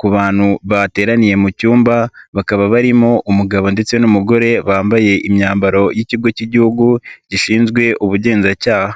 ku bantu bateraniye mu cyumba bakaba barimo umugabo ndetse n'umugore bambaye imyambaro y'ikigo k'Igihugu gishinzwe ubugenzacyaha.